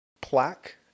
plaque